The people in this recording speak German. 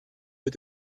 mit